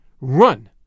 run